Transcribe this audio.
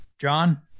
John